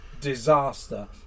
disaster